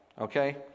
okay